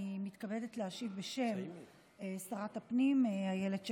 אני מתכבדת להשיב בשם שרת הפנים אילת שקד.